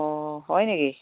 অঁ হয় নেকি